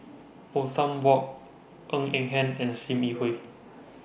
Othman Wok Ng Eng Hen and SIM Yi Hui